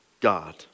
God